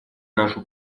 нашу